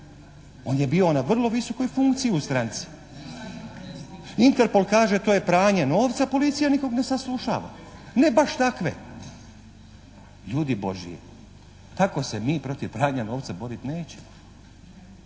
On je bio na vrlo visokoj funkciji u stranci. Interpol kaže to je pranje novca, policija nikog ne saslušava, ne baš takve. Ljubi božji, tako se mi protiv pranja novca borit nećemo,